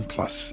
Plus